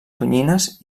tonyines